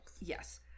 Yes